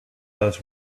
does